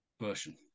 version